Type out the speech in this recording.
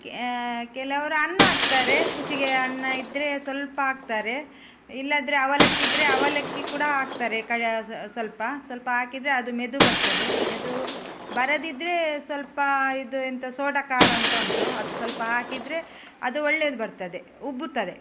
K ಕೆಲವರು ಅನ್ನ ಹಾಕ್ತಾರೆ ನುಚ್ಚಿಗೆ ಅನ್ನ ಇದ್ದರೆ ಸ್ವಲ್ಪ ಹಾಕ್ತಾರೆ ಇಲ್ಲದಿದ್ದರೆ ಅವಲಕ್ಕಿ ಇದ್ದರೆ ಅವಲಕ್ಕಿ ಕೂಡ ಹಾಕ್ತಾರೆ ಕಯ ಸ್ವಲ್ಪ ಸ್ವಲ್ಪ ಹಾಕಿದ್ರೆ ಅದು ಮೆದು ಬರ್ತದೆ ಮೆದು ಬರದಿದ್ದರೆ ಸ್ವಲ್ಪ ಇದು ಎಂಥ ಸೊಡಕಾರ್ ಅಂತ ಉಂಟು ಅದು ಸ್ವಲ್ಪ ಹಾಕಿದರೆ ಅದು ಒಳ್ಳೆಯದು ಬರ್ತದೆ ಉಬ್ಬುತ್ತದೆ